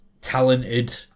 talented